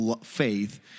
faith